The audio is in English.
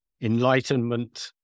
enlightenment